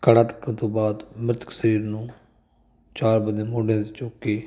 ਘੜਾ ਟੁੱਟਣ ਤੋਂ ਬਾਅਦ ਮ੍ਰਿਤਕ ਸਰੀਰ ਨੂੰ ਚਾਰ ਬੰਦੇ ਮੋਢੇ 'ਤੇ ਚੁੱਕ ਕੇ